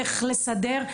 איך לסדר.